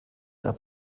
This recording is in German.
der